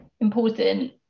important